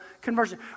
conversion